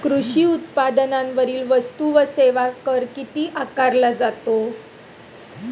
कृषी उत्पादनांवरील वस्तू व सेवा कर किती आकारला जातो?